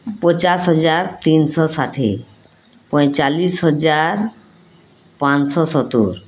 ପଚାଶ ହଜାର ତିନିଶହ ଷାଠିଏ ପଇଁଚାଳିଶ ହଜାର ପାଞ୍ଚଶହ ସତୁରି